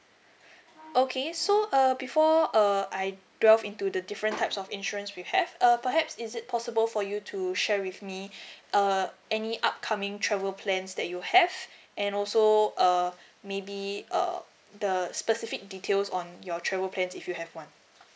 okay so err before err I delve into the different types of insurance we have err perhaps is it possible for you to share with me err any upcoming travel plans that you have and also uh maybe uh the specific details on your travel plans if you have one